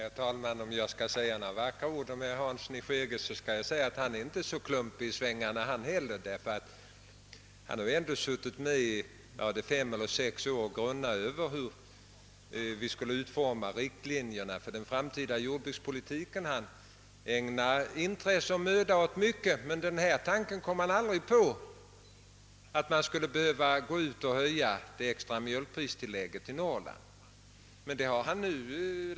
Herr talman! Om jag skall säga några vackra ord om herr Hansson i Skegrie skulle det vara att han inte är så klumpig i svängarna han heller. Han har suttit med i jordbruksutredningen och i fem eller sex år grunnat på hur riktlinjerna för den framtida jordbrukspoliti ken skall utformas. Han ägnade mycket intresse och möda åt detta, men han kom aldrig på tanken att man skulle behöva höja det extra mjölkpristillägget i Norrland. Nu har han.